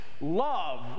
love